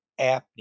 apnea